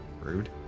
Rude